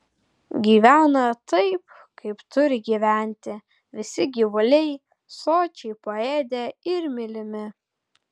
gyvena taip kaip turi gyventi visi gyvuliai sočiai paėdę ir mylimi